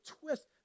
twist